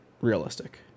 realistic